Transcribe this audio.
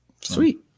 Sweet